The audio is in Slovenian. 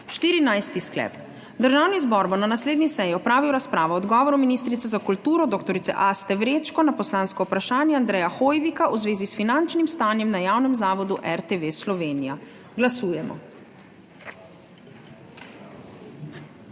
14. sklep: Državni zbor bo na naslednji seji opravil razpravo o odgovoru ministrice za kulturo dr. Aste Vrečko na poslansko vprašanje Andreja Hoivika v zvezi s finančnim stanjem na Javnem zavodu RTV Slovenija. Glasujemo.